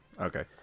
okay